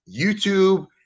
YouTube